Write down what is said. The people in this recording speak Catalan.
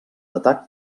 atac